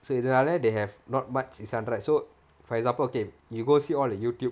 இதுனாலயே:ithunaalaayae they have not much right so for example okay you go see all the YouTube